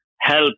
help